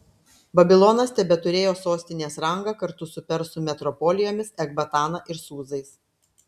babilonas tebeturėjo sostinės rangą kartu su persų metropolijomis ekbatana ir sūzais